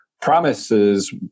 Promises